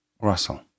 Russell